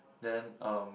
then um